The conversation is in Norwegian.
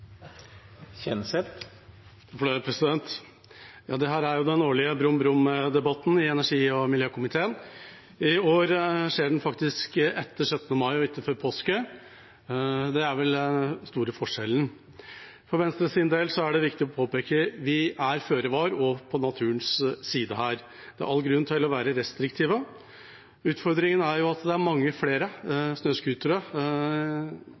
jo den årlige brum-brum-debatten i energi- og miljøkomiteen. I år skjer den faktisk etter 17. mai og ikke før påske. Det er vel den store forskjellen. For Venstres del er det viktig å påpeke at vi er føre var og på naturens side her, og det er all grunn til å være restriktiv. Utfordringen er at det er mange flere